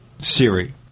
Siri